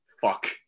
fuck